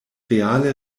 reale